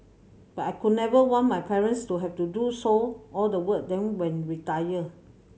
but I could never want my parents to have to do so all the work then when retired